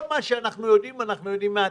כל מה שאנחנו יודעים אנחנו יודעים מהתקשורת.